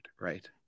right